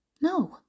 No